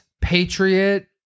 Patriot